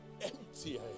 empty